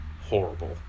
horrible